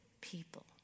people